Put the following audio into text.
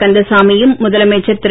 கந்தசாமியும் முதலமைச்சர் திரு